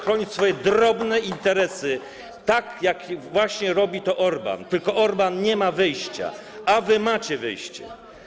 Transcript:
ochronić swoje drobne interesy, tak jak właśnie robi to Orbán, tylko Orbán nie ma wyjścia, a wy macie wyjście.